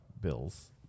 bills